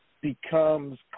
becomes